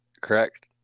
Correct